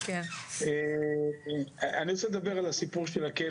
אני לא יודע למה עושים את זה.